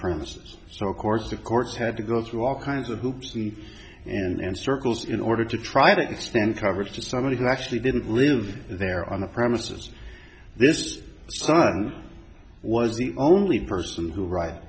premises so of course the courts had to go through all kinds of hoops and and circles in order to try to expand coverage to somebody who actually didn't live there on the premises this son was the only person who ri